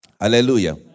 Hallelujah